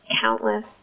countless